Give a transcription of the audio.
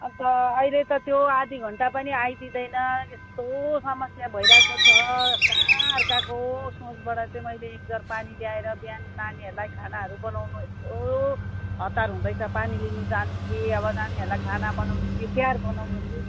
अन्त अहिले त त्यो आधी घन्टा पनि आइदिँदैन यस्तो समस्या भइरहेको छ कहाँ अर्काको सोर्सबाट चाहिँ मैले एक जर पानी ल्याएर बिहान नानीहरूलाई खानाहरू बनाउनु यस्तो हतार हुँदैछ पानी लिनु जानु कि अब नानीहरूलाई खाना बनाउनु कि तयार बनाउनु कि